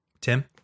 Tim